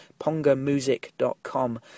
PongaMusic.com